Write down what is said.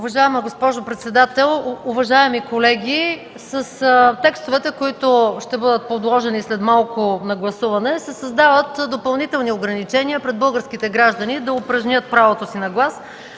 Уважаема госпожо председател, уважаеми колеги! С текстовете, които ще бъдат подложени след малко на гласуване, се създават допълнителни ограничения пред българските граждани да упражнят правото си на глас.